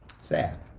Sad